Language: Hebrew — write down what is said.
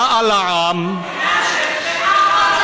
באה לעם, תגיד "האחים המוסלמים".